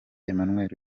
emmanuel